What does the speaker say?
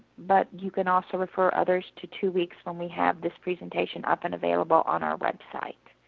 but, you can also refer others to two weeks, when we have this presentation up and available on our website.